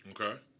Okay